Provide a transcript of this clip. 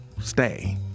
stay